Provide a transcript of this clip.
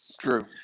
True